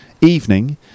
evening